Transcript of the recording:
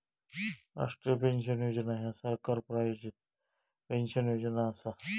राष्ट्रीय पेन्शन योजना ह्या सरकार प्रायोजित पेन्शन योजना असा